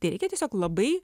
tai reikia tiesiog labai